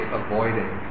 avoiding